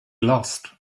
lost